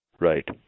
right